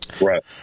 Right